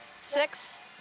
Six